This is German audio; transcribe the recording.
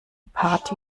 party